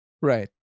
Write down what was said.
Right